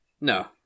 No